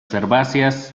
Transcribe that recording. herbáceas